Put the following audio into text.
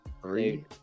Three